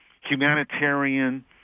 humanitarian